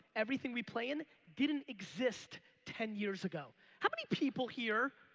everything we play in didn't exist ten years ago. how many people here